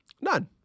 None